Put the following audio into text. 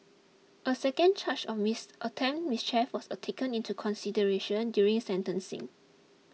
a second charge of miss attempted mischief was taken into consideration during sentencing